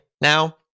now